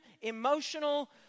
emotional